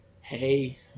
hey